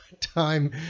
time